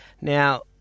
Now